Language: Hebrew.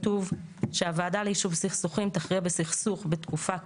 כתוב שהוועד ליישוב סכסוכים תכריע בסכסוך בתקופה קצרה.